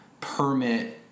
permit